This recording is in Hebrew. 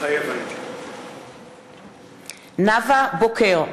מתחייב אני נאוה בוקר,